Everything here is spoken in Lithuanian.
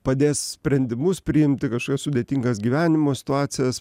padės sprendimus priimti kažkokias sudėtingas gyvenimo situacijas